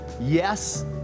yes